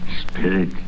Spirit